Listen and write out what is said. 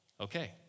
Okay